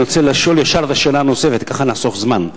אני רוצה לשאול ישר את השאלה הנוספת וככה לחסוך זמן.